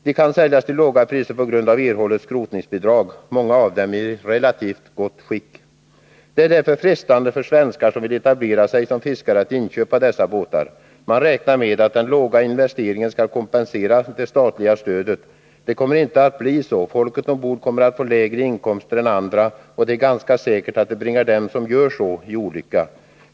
De kan säljas till låga priser på grund av erhållet skrotningsbidrag. Många av dem är i relativt gott skick. Det är därför frestande för svenskar som vill etablera sig som fiskare att inköpa dessa båtar. Man räknar med att den låga investeringen skall kompensera det statliga stödet. Det kommer inte att bli så. Folket ombord kommer att få lägre inkomster än andra. Det är ganska säkert att detta bringar dem som gör så i olycka.